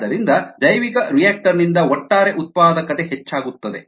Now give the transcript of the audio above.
ಆದ್ದರಿಂದ ಜೈವಿಕರಿಯಾಕ್ಟರ್ ನಿಂದ ಒಟ್ಟಾರೆ ಉತ್ಪಾದಕತೆ ಹೆಚ್ಚಾಗುತ್ತದೆ